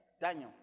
Daniel